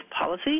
policy